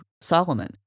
Solomon